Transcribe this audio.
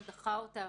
זו